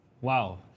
Wow